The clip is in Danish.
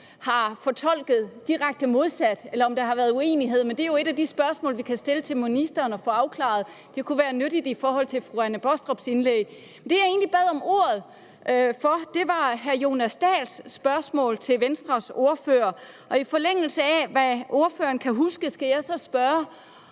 har fortolket direkte modsat, eller om der har været uenighed. Men det er jo et af de spørgsmål, vi kan stille til ministeren og få afklaret. Det kunne være nyttigt i forhold til fru Anne Baastrups indlæg. Men det, jeg egentlig bad om ordet for, var for at spørge i forlængelse af hr. Jonas Dahls spørgsmål til Venstres ordfører. I forlængelse af hvad ordføreren kan huske, skal jeg så spørge,